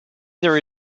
there